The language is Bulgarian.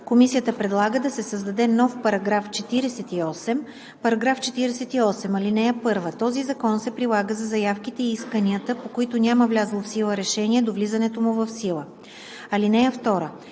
Комисията предлага да се създаде нов § 48: „§ 48. (1) Този закон се прилага за заявките и исканията, по които няма влязло в сила решение до влизането му в сила. (2)